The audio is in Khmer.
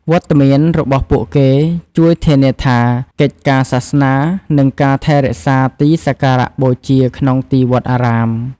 វត្តមានរបស់ពួកគេជួយធានាថា កិច្ចការសាសនា និងការថែរក្សាទីសក្ការបូជាក្នុងទីវត្តអារាម។